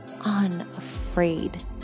unafraid